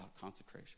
consecration